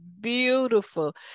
beautiful